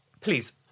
please